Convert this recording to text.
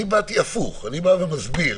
אני באתי הפוך, אני מסביר